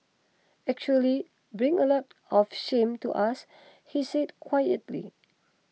actually bring a lot of shame to us he said quietly